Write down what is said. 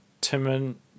Timon